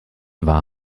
war